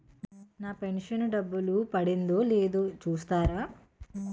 నా pension డబ్బులు పడిందో లేదో చూస్తారా?